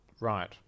Right